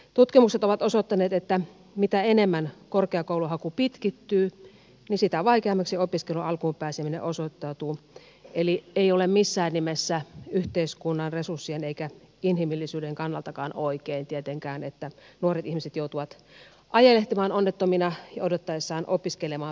tutkimukset ovat osoittaneet että mitä enemmän korkeakouluhaku pitkittyy sitä vaikeammaksi opiskelun alkuun pääseminen osoittautuu eli ei ole missään nimessä yhteiskunnan resurssien eikä inhimillisyyden kannaltakaan oikein tietenkään että nuoret ihmiset joutuvat ajelehtimaan onnettomina odottaessaan opiskelemaan pääsyä